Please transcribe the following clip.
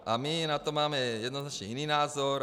A my na to máme jednoznačně jiný názor.